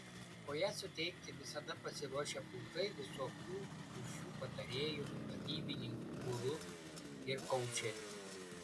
o ją suteikti visada pasiruošę pulkai visokių rūšių patarėjų vadybininkų guru ir koučerių